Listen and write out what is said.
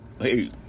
hey